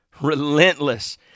Relentless